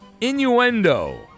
innuendo